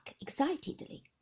excitedly